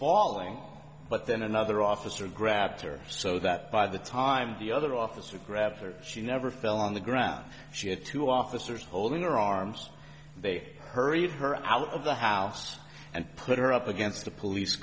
palling but then another officer grabbed her so that by the time the other officer grabbed her she never fell on the ground she had two officers holding her arms they hurried her out of the house and put her up against the police